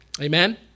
Amen